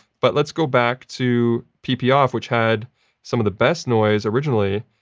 but, let's go back to pp off, which had some of the best noise originally,